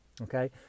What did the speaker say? Okay